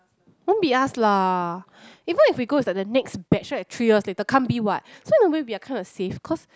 won't be us lah even if we go it's like the next batch right three years later can't be what so in a way we kind of safe cause